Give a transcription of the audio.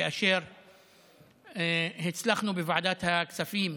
כאשר הצלחנו בוועדת הכספים,